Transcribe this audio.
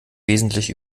wesentlich